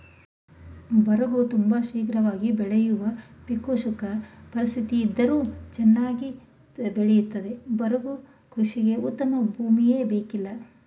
ಬರಗು ತುಂಬ ಶೀಘ್ರವಾಗಿ ಬೆಳೆಯುವ ಪೀಕು ಶುಷ್ಕ ಪರಿಸ್ಥಿತಿಯಿದ್ದರೂ ಚನ್ನಾಗಿ ಬೆಳಿತದೆ ಬರಗು ಕೃಷಿಗೆ ಉತ್ತಮ ಭೂಮಿಯೇ ಬೇಕಿಲ್ಲ